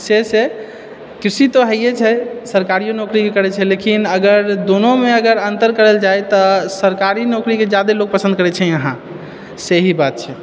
से से कृषि तो हय ये छै सरकारियो नौकरी करै छै लेकिन अगर दोनोमे अगर अन्तर करल जाइ तऽ सरकारी नौकरीके जादे लोग पसन्द करैत छै इहाँ से ही बात छै